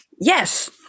Yes